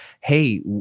hey